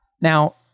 Now